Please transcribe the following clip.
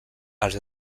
els